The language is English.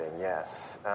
yes